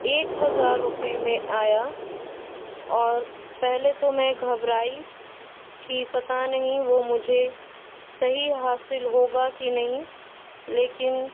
ایک ہزار روپیے میں آیا اور پہلے تو میں گھبرائی کہ پتا نہیں وہ مجھے صحیح حاصل ہوگا کہ نہیں لیکن